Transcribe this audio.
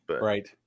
Right